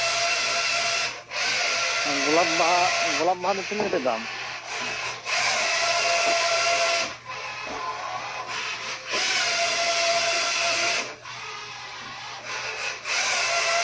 ᱜᱳᱞᱟᱯ ᱵᱟᱦᱟ ᱜᱳᱞᱟᱯ ᱵᱟᱦᱟ ᱫᱚ ᱛᱤᱱᱟᱹᱜ ᱠᱟᱛᱮ ᱫᱟᱢ